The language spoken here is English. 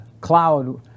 cloud